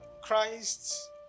Christ